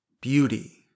beauty